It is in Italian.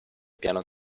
piano